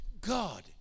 God